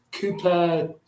Cooper